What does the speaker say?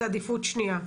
זה עדיפות שנייה,